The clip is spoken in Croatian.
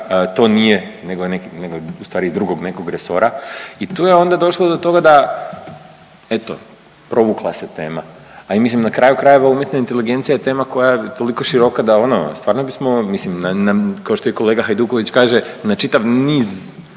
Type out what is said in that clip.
to nije nego je ustvari iz drugog nekog resora i tu je onda došlo do toga da eto provukla se tema. A i mislim na kraju krajeva umjetna inteligencije ja tema koja je toliko široka da ono stvarno bismo mislim kao što i kolega Hajduković kaže na čitav niz